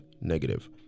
negative